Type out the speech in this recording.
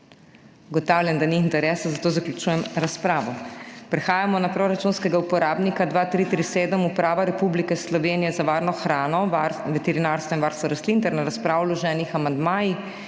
Ugotavljam, da ni interesa, zato zaključujem razpravo. Prehajamo na proračunskega uporabnika 2337 Uprava Republike Slovenije za varno hrano, veterinarstvo in varstvo rastlin ter na razpravo o vloženih amandmajih